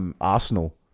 Arsenal